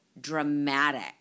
dramatic